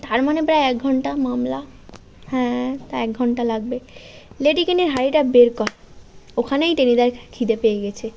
তার মানে প্রায় এক ঘণ্টা মামলা হ্যাঁ তা এক ঘণ্টা লাগবে লেডিকেনির হাঁড়িটা বের কর ওখানেই টেনিদার খিদে পেয়ে গিয়েছে